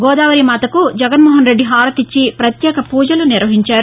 గోదావరి మాతకు జగన్మోహన్రెడ్డి హారతి ఇచ్చి పత్యేక పూజలు నిర్వహించారు